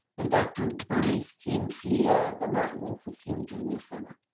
and dr. bernice king ceo of the martin luther king jr center.